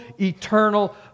eternal